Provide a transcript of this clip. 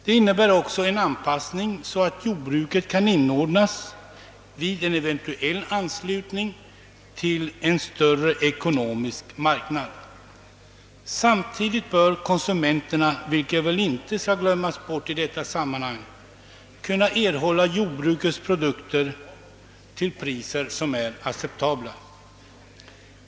Det innebär också en sådan anpassning, att jordbruket kan inordnas i en eventuell anslutning till en större ekonomisk marknad. Samtidigt bör konsumenterna — vilket väl inte skall glömmas bort i detta sammanhang — kunna erhålla jordbrukets produkter till priser som är acceptabla.